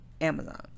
Amazon